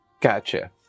Gotcha